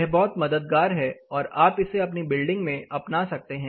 यह बहुत मददगार है और आप इसे अपनी बिल्डिंग में अपना सकते हैं